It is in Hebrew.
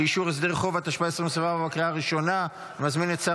התשפ"ה 2024, אושרה בקריאה הראשונה ותעבור